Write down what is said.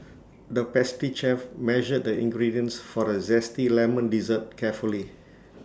the pastry chef measured the ingredients for A Zesty Lemon Dessert carefully